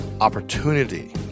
opportunity